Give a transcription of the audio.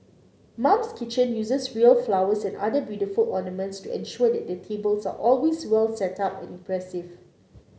mum's Kitchen uses real flowers and other beautiful ornaments to ensure that their tables are always well setup and impressive